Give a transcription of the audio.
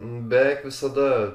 beveik visada